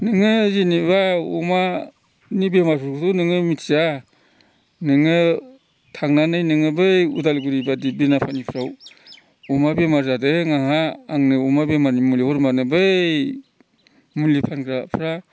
नोङो जेनेबा अमानि बेमारफोरखौथ' नोङो मिथिया नोङो थांनानै नोङो बै उदालगुरि बादि बिनापानिफ्राव अमा बेमार जादों आंहा आंनो अमा बेमारनि मुलि हर होमब्लानो बै मुलि फानग्राफ्रा